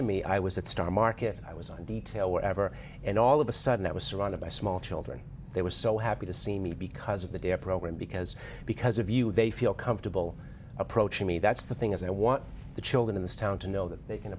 to me i was at star market and i was on detail whatever and all of a sudden i was surrounded by small children they were so happy to see me because of the dare program because because of you they feel comfortable approaching me that's the thing is i want the children in this town to know that they can